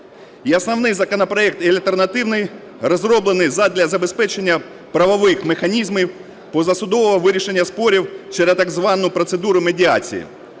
основний законопроект, і альтернативний розроблені задля забезпечення правових механізмів позасудового вирішення спорів через так звану процедуру медіації.